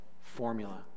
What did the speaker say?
formula